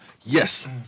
Yes